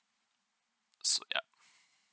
so ya